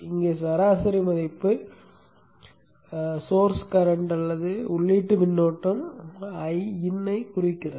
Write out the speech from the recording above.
இங்கே சராசரி மதிப்பு மூல மின்னோட்டம் அல்லது உள்ளீட்டு மின்னோட்டம் Iin ஐக் குறிக்கிறது